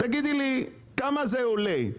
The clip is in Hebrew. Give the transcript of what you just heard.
ותגידי לי כמה זה עולה".